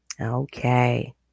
okay